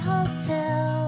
Hotel